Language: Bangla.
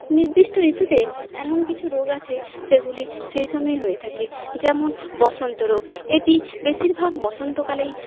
নির্দিষ্ট ঋতুতে এমন কিছু রোগ আছে সেগুলি সেই সময়ে হয়ে থাকে যেমন বসন্ত রোগ এটি বেশিরভাগ বসন্তকালেই